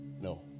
No